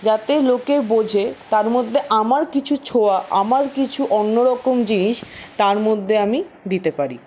যাতে লোকে বোঝে তার মধ্যে আমার কিছু ছোঁয়া আমার কিছু অন্যরকম জিনিস তার মধ্যে আমি দিতে পারি